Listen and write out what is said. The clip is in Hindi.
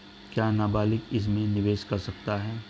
क्या नाबालिग इसमें निवेश कर सकता है?